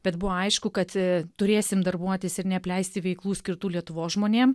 bet buvo aišku kad turėsime darbuotis ir neapleisti veiklų skirtų lietuvos žmonėm